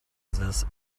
this